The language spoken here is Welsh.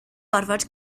gorfod